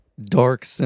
Dark